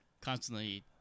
constantly